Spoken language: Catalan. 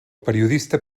periodista